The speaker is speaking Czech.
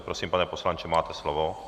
Prosím, pane poslanče, máte slovo.